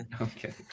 Okay